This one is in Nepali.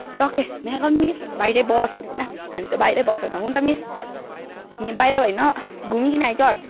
ट्क्कै may I come in miss बाहिरै बस अरे होइन हामी त बाहिरै बस त हुन्छ मिस बाहिर होइन घुमिकन आइज अरे